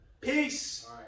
Peace